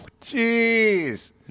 jeez